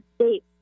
state